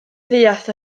fuarth